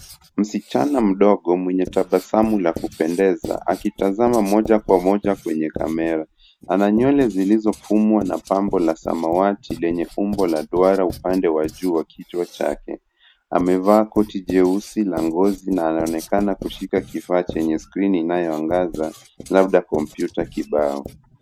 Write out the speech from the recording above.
Msichana mdogo mwenye tabasamu ya kupendeza akitazama moja kwa moja kwenye kamera, ana nywele zilizofumwa na pambo la samawati lenye umbo la duara upande wa juu wa kichwa chake amevaa koti jeusi la ngozi na anaonekana kushika kidaa chenye skrini kinachoangaza labda kompyuta kibao.